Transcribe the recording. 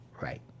right